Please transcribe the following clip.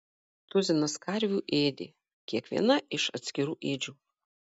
tuzinas karvių ėdė kiekviena iš atskirų ėdžių